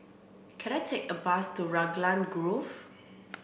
can I take a bus to Raglan Grove